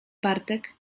bartek